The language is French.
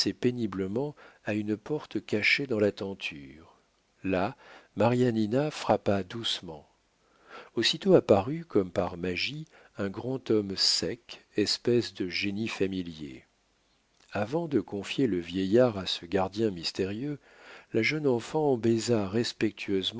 péniblement à une porte cachée dans la tenture là marianina frappa doucement aussitôt apparut comme par magie un grand homme sec espèce de génie familier avant de confier le vieillard à ce gardien mystérieux la jeune enfant baisa respectueusement